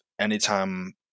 anytime